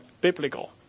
biblical